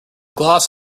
gloss